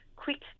quick